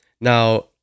now